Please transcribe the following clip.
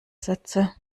sätze